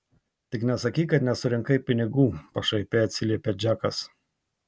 tik nesakyk kad nesurinkai pinigų pašaipiai atsiliepia džekas